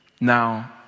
Now